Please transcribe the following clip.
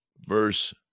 Verse